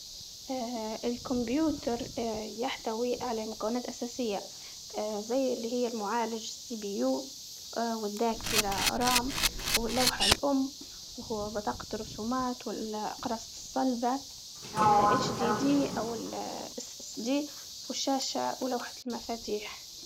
الكمبيوتر يحتوي على مكونات أساسية زي اللي هي المعالج سي بي يو، والداكرة رام واللوحة الأم وبطاقة الرسومات، والأقراص الصلبة الإتش دي دي أو الإس إس دي، والشاشة ولوحة المفاتيح.